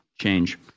change